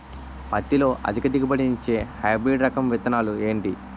పత్తి లో అధిక దిగుబడి నిచ్చే హైబ్రిడ్ రకం విత్తనాలు ఏంటి